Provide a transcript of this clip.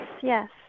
yes